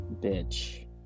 bitch